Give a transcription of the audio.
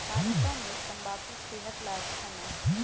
वास्तव में तंबाकू सेहत ला अच्छा ना है